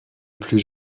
plus